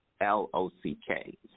L-O-C-K